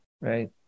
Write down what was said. right